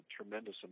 tremendous